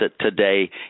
today